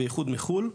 בייחוד מחו"ל.